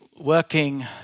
working